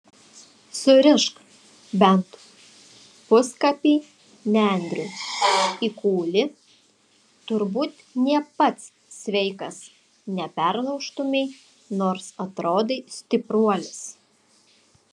surišk bent puskapį nendrių į kūlį turbūt nė pats sveikas neperlaužtumei nors atrodai stipruolis